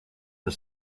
the